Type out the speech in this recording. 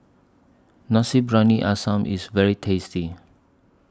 Nasi Briyani Ayam IS very tasty